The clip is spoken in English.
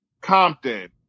Compton